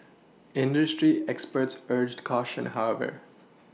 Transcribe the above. industry experts urged caution however